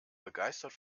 begeistert